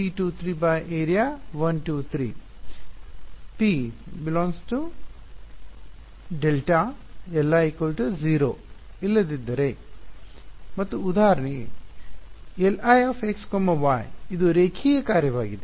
ಆದ್ದರಿಂದ ನಾನು Li Area Area P ∈ Δ Li 0 ಇಲ್ಲದಿದ್ದರೆ ∈ belongs to ಮತ್ತು ಉದಾಹರಣೆಗೆ Lix y ಇದು ರೇಖೀಯ ಕಾರ್ಯವಾಗಿದೆ